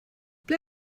ble